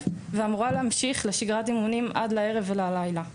ואמורה להמשיך לשגרת אמונים עד לערב וללילה.